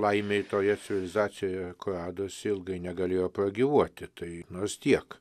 laimei toje civilizacijoje radosi ilgai negalėjo pragyvuoti tai nors tiek